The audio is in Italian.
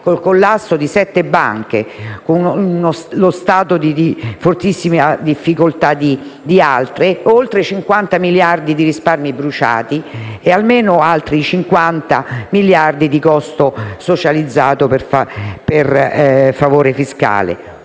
il collasso di sette banche, altre in uno stato di grandissima difficoltà, oltre 50 miliardi di risparmi bruciati e almeno altri 50 miliardi di costo socializzato per favori fiscali,